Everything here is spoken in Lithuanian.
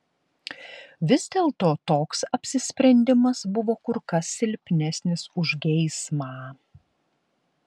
vis dėlto toks apsisprendimas buvo kur kas silpnesnis už geismą